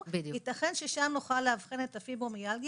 שהחלק הראשון שלה קצת פחות פורמלי.